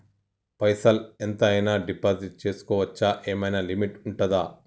పైసల్ ఎంత అయినా డిపాజిట్ చేస్కోవచ్చా? ఏమైనా లిమిట్ ఉంటదా?